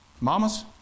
Mamas